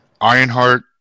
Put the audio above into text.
Ironheart